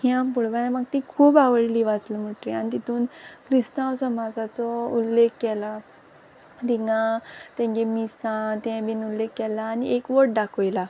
हें आम पोळोवपा गेल्यार म्हाक ती खूब आवोडली वाच्ल मुटरी आनी तितून क्रिस्तांव समाजाचो उल्लेख केला तिंगा तेंगे मिसां तें बीन उल्लेख केला आनी एकवोठ दाखोयला